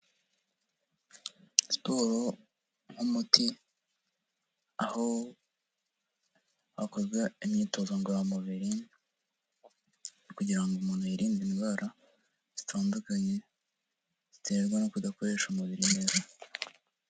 Siporo nk'umuti aho hakorwa imyitozo ngorora mubiri kugira ngo umuntu yirinde indwara zitandukanye ziterwa no kudakoresha umubiri neza.